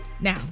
Now